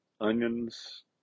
Onions